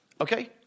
Okay